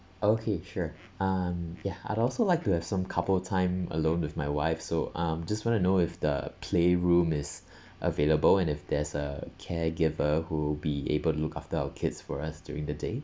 okay sure um ya I'd also like to have some couple time alone with my wife so um just want to know if the playroom is available and if there's a caregiver who will be able to look after our kids for us during the day